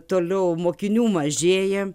toliau mokinių mažėja